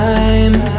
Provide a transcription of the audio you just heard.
Time